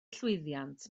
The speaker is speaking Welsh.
llwyddiant